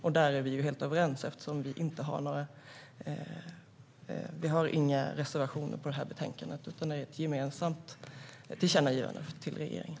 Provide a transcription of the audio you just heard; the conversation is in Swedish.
Där är vi helt överens. Mitt parti har inga reservationer i det här betänkandet, utan det är ett gemensamt tillkännagivande till regeringen.